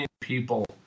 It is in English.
people